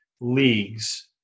leagues –